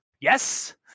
Yes